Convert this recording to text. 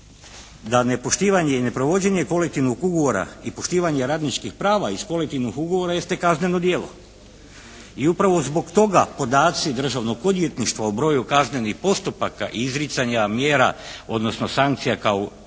da nepoštivanje i neprovođenje kolektivnog ugovora i poštivanje radničkih prava iz kolektivnog ugovora jeste kazneno djelo. I upravo zbog toga podaci Državnog odvjetništva o broju kaznenih postupaka i izricanja mjera odnosno sankcija kao učinjenje